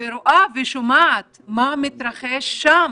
ורואה ושומעת מה מתרחש שם,